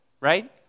right